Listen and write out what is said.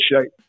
shape